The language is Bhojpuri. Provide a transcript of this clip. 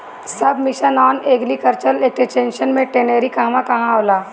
सब मिशन आन एग्रीकल्चर एक्सटेंशन मै टेरेनीं कहवा कहा होला?